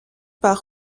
par